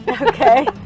Okay